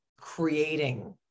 creating